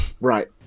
Right